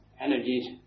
energies